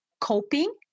coping